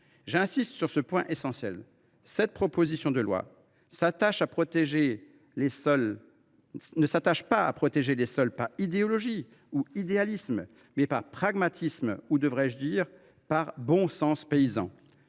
J’insiste sur ce point essentiel : cette proposition de loi tend à protéger les sols non pas par idéologie ou idéalisme, mais par pragmatisme, ou, devrais je dire, par bon sens paysan